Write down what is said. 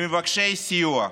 למבקשי סיוע,